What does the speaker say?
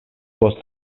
post